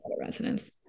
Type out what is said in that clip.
resonance